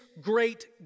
great